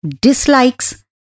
dislikes